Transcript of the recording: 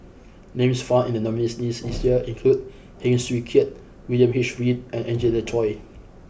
names found in the nominees' list this year include Heng Swee Keat William H Read and Angelina Choy